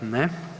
Ne.